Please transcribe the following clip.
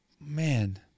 Man